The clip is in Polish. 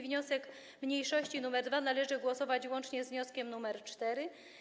Wniosek mniejszości nr 2 należy głosować łącznie z wnioskiem nr 4.